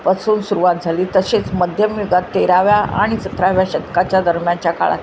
पासून सुरुवात झाली तसेच मध्यमयुगात तेराव्या आणि सतराव्या शतकाच्या दरम्यानच्या काळात